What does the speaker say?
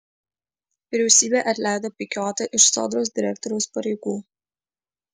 vyriausybė atleido pikiotą iš sodros direktoriaus pareigų